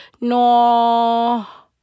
no